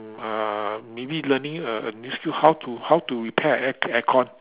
uh maybe learning a a new skill how to how to repair a air aircon